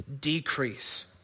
decrease